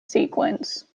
sequence